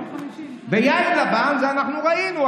יין לבן, את זה אנחנו ראינו.